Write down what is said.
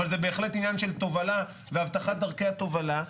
אבל זה בהחלט עניין של תובלה ואבטחת דרכי התובלה.